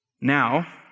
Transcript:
Now